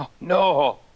No